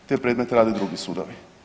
Te predmete rade drugi sudovi.